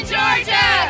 Georgia